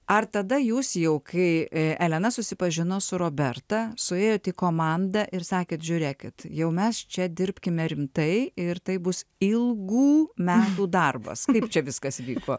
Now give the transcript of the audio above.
ar tada jūs jau kai elena susipažino su roberta suėjot į komandą ir sakėt žiūrėkit jau mes čia dirbkime rimtai ir tai bus ilgų metų darbas kaip čia viskas vyko